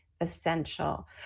essential